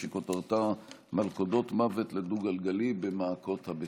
שכותרתה: מלכודות מוות לדו-גלגלי במעקות הבטיחות.